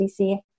dc